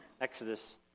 Exodus